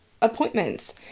appointments